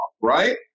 right